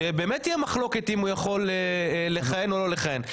שבאמת תהיה מחלוקת אם הוא יכול לכהן או לא לכהן,